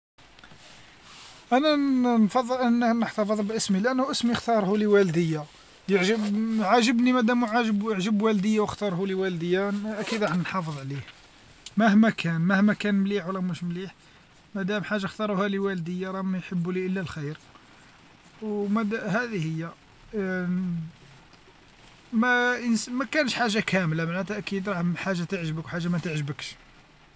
انا ن- نفضل نحتفظ بإسمي لأنه إسمي إختاره لي والديا، يعج- عاجبني مادامو عجب عجب والديا وإختاره لي والدي أكيد راح نحافظ عليه، مهما كان مهما كان مليح ولا مش مليح مادام حاجة إختاروها لي والديا راهم ما يحبوا لي إلا الخير، أو ما- هذه هي يسما مكانتش حاجة كاملة معنتها أكيد أهم حاجة تيعجبك وحاجة متعجبكش.